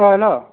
ओ हेल'